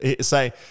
Say